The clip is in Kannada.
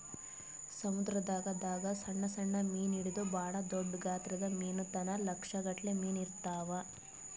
ಸಮುದ್ರದಾಗ್ ದಾಗ್ ಸಣ್ಣ್ ಸಣ್ಣ್ ಮೀನ್ ಹಿಡದು ಭಾಳ್ ದೊಡ್ಡ್ ಗಾತ್ರದ್ ಮೀನ್ ತನ ಲಕ್ಷ್ ಗಟ್ಲೆ ಮೀನಾ ಇರ್ತವ್